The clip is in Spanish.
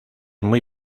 muy